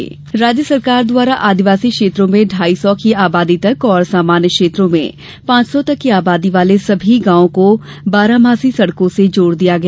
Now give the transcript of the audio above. सड़क निर्माण राज्य सरकार द्वारा आदिवासी क्षेत्रों में ढ़ाई सौ की आबादी तक और सामान्य क्षेत्रों में पांच सौ तक की आबादी वाले सभी गांवों को बारहमासी सड़कों से जोड़ दिया गया